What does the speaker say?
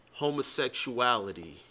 homosexuality